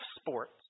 sports